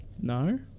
No